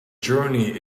journey